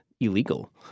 illegal